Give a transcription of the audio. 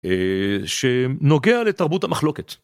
שנוגע לתרבות המחלוקת.